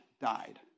died